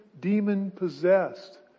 demon-possessed